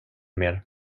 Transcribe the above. mer